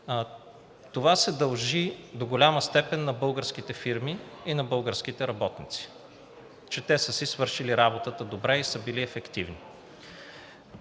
Това се дължи до голяма степен на българските фирми и на българските работници, че те са си свършили работата добре и са били ефективни.